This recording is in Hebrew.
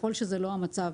ככל שזה לא המצב,